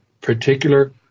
particular